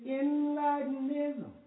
enlightenism